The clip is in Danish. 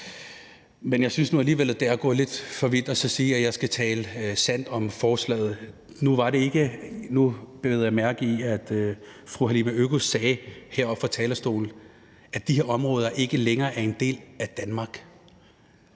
Men jeg synes nu alligevel, det er at gå lidt for vidt at sige, at jeg skal tale sandt om forslaget. Nu bed jeg mærke i, at fru Halime Oguz sagde heroppe fra talerstolen, at de her områder ikke længere er en del af Danmark.